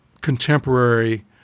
contemporary